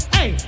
Hey